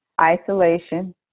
Isolation